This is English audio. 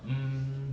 mm